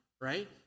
right